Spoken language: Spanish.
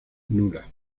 nula